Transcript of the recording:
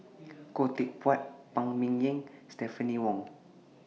Khoo Teck Puat Phan Ming Yen Stephanie Wong